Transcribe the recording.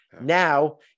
Now